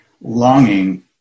longing